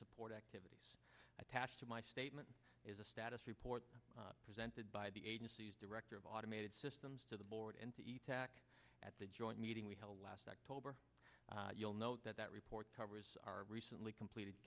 support activities attached to my statement is a status report presented by the agency's director of automated systems to the board and the tac at the joint meeting we held last october you'll note that that report covers our recently completed